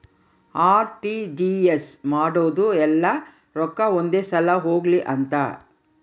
RTGS ಮಾಡೋದು ಯೆಲ್ಲ ರೊಕ್ಕ ಒಂದೆ ಸಲ ಹೊಗ್ಲಿ ಅಂತ